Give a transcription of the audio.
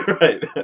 Right